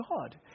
God